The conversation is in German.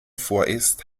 vorerst